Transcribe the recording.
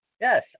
Yes